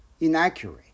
inaccurate